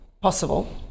Possible